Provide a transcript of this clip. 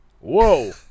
Whoa